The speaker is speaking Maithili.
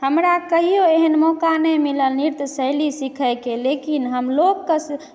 हमरा कहियो एहन मौका नहि मिलल नृत्यशैली सिखैके लेकिन हम लोककेँ